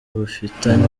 bafitanye